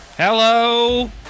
Hello